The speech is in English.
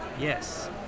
yes